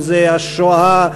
אם השואה,